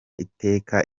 iteka